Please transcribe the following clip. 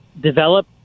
develop